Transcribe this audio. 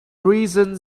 reason